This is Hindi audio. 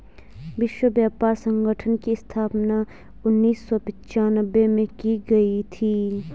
विश्व व्यापार संगठन की स्थापना उन्नीस सौ पिच्यानवे में की गई थी